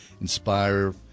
inspire